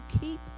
keep